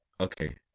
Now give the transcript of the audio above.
Okay